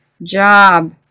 job